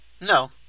No